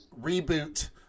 Reboot